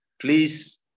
please